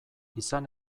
izan